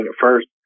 first